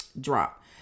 drop